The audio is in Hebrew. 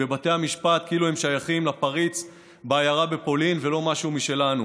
בבתי המשפט כאילו הם שייכים לפריץ בעיירה בפולין ולא משהו משלנו.